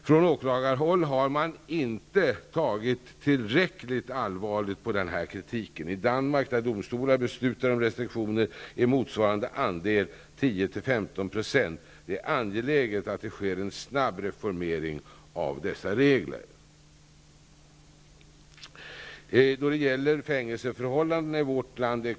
Från åklagarhåll har man inte tagit tillräckligt allvarligt på denna kritik. I Danmark, där beslut om restriktioner fattas av domstolar, är motsvarande andel 10--15 %. Det är angeläget att det sker en snabb reformering av dessa regler. Kommitténs kritik är inte lika stark när det gäller fängelseförhållandena i landet.